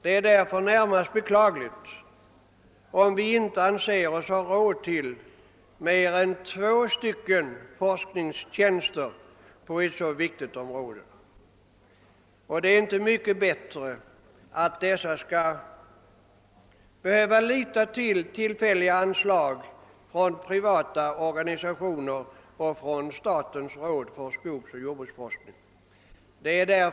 Det är därför närmast beklagligt om vi inte anser oss ha råd till mer än två forskningstjänster på ett så viktigt område. Och det är inte mycket bättre om man skall behöva lita till tillfälliga anslag från privata organisationer och statens råd för skogsoch jordbruksforskning.